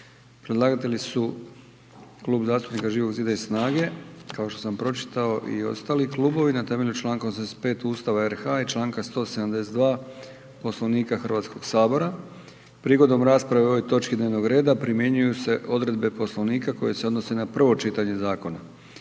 Predlagatelji su Klub Živog zida i snage kao što sam pročitao i ostali klubovi na temelju članka 85. Ustava RH i članka 172. Poslovnika Hrvatskoga sabora. Prigodom rasprave o ovoj točki dnevnoga reda primjenjuju se odredbe Poslovnika koje se odnose na prvo čitanje zakona.